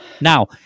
now